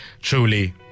truly